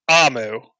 Amu